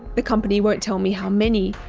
the company won't tell me how many,